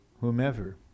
whomever